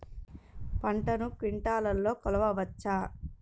పంటను క్వింటాల్లలో కొలవచ్చా?